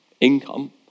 income